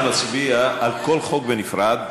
אנחנו נצביע על כל חוק בנפרד.